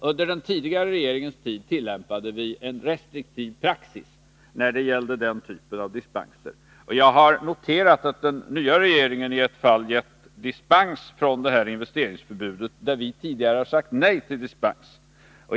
Under den tidigare regeringens tid tillämpade vi en restriktiv praxis när det gällde den typen av dispenser. Jag har noterat att den nya regeringen har givit dispens från detta investeringsförbud i ett fall, där vi tidigare har sagt nej till dispens.